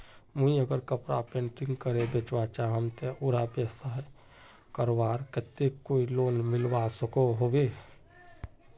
मुई अगर कपड़ा पेंटिंग करे बेचवा चाहम ते उडा व्यवसाय करवार केते कोई लोन मिलवा सकोहो होबे?